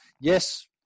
Yes